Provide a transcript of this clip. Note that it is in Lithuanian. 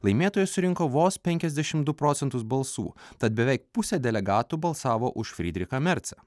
laimėtojas surinko vos penkiasdešim du procentus balsų tad beveik pusė delegatų balsavo už frydrichą mercą